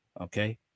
Okay